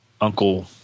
Uncle